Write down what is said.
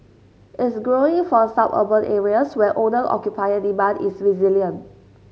is growing for suburban areas where owner occupier demand is resilient